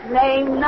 name